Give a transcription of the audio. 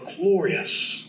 glorious